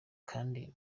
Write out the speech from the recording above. kandi